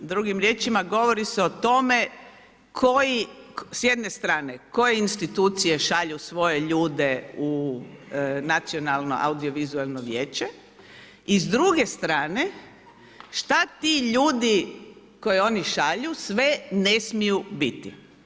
Drugim riječima, govori se o tome koji, s jedne strane, koje institucije šalju svoje ljude u nacionalno audio-vizualno vijeće, i s druge strane, što ti ljudi koje oni šalju sve ne smiju biti.